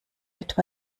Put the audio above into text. etwa